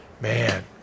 Man